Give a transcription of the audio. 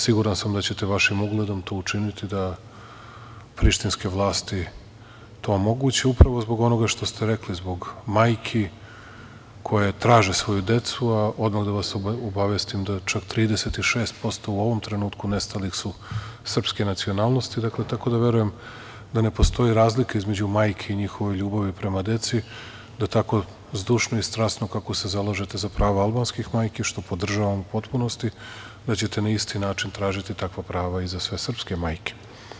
Siguran sam da ćete vašim ugledom to učiniti da prištinske vlasti to omoguće upravo zbog onoga što ste rekli zbog majki koje traže svoju decu, a odmah da vas obavestim da čak 36% u ovom trenutku nestalih su srpske nacionalnosti, tako da verujem da ne postoji razlika između majki i njihove ljubavi prema deci, da tako zdušno i strasno, kako se zalažete za prava albanskih majki, što podržavam u potpunosti, da ćete na isti način tražiti takva prava i za sve srpske majke.